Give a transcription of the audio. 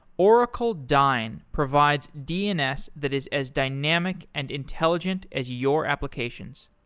oracle dyn provides dns that is as dynamic and intelligent as your applications.